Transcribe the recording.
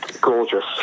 gorgeous